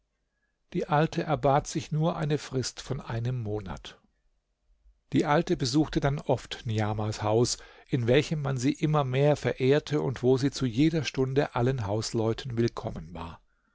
die alte erbat sich nur eine frist von einem monat die alte besuchte dann oft niamahs haus in welchem man sie immer mehr verehrte und wo sie zu jeder stunde allen hausleuten willkommen war